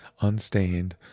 unstained